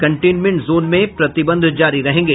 containment zone में प्रतिबंध जारी रहेंगे